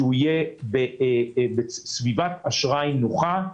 שיהיה בסביבת אשראי נוחה,